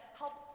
help